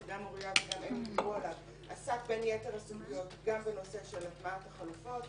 שגם מוריה וגם --- עסק בין יתר הסמכויות גם בנושא של הטמעת החלופות.